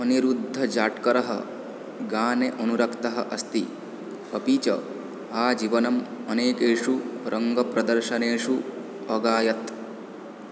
अनिरुद्धजाटकरः गायने अनुरक्तः अस्ति अपि च आजीवनम् अनेकेषु रङ्गप्रदर्शनेषु अगायत्